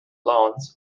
lawns